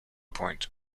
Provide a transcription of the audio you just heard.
point